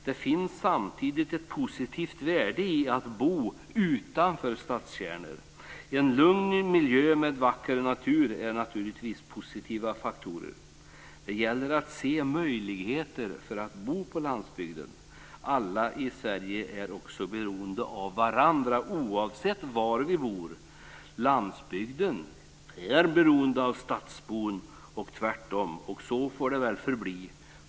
Det finns samtidigt ett positivt värde i att bo utanför stadskärnor. En lugn miljö med vacker natur är naturligtvis en positiv faktor. Det gäller att se möjligheter att bo på landsbygden. Alla i Sverige är också beroende av varandra oavsett var vi bor. Landsbygdsbon är beroende av stadsbon och tvärtom, och så får det väl förbli.